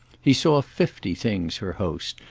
he saw fifty things, her host,